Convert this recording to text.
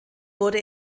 wurde